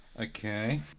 okay